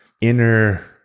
inner